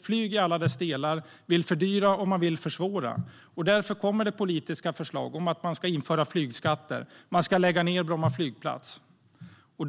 och i alla dess delar. Man vill fördyra, och man vill försvåra. Därför kommer det politiska förslag om att man ska införa flygskatter och lägga ned Bromma flygplats.